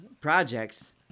projects